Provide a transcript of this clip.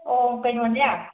ꯑꯣ ꯀꯩꯅꯣꯅꯦ